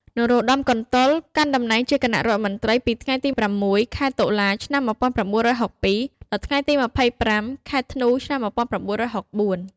នរោត្តម កន្តុល កាន់តំណែងជាគណៈរដ្ឋមន្ត្រីពីថ្ងៃទី ៦ ខែតុលា ឆ្នាំ១៩៦២ ដល់ថ្ងៃទី ២៥ ខែធ្នូ ឆ្នាំ១៩៦៤។